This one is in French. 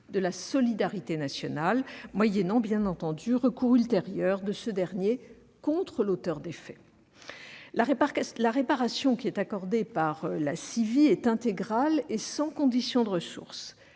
de la solidarité nationale, ce dernier pouvant, bien entendu, intenter un recours ultérieur contre l'auteur des faits. La réparation qui est accordée par la CIVI est intégrale et sans condition de ressources